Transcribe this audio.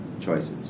choices